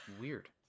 weird